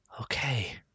Okay